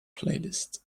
playlist